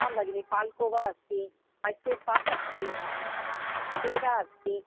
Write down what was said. आं भगिनि पाल्कोवा अस्ति मैसूर्पाक् अस्ति पेडा अस्ति